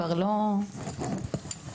נכון.